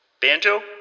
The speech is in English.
Banjo